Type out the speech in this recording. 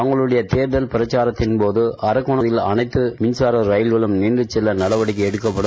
தங்களுடைய தேர்தல் பிரச்சாரத்தின் போது அரக்கோணத்தில் அனைத்து மின்சார ரயில்குளம் நின்று செல்ல நடவடிக்கை எடுக்கப்படும்